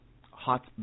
hot